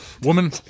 Woman